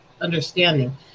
understanding